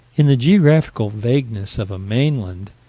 in the geographical vagueness of a mainland,